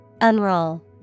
Unroll